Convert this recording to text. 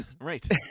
Right